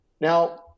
Now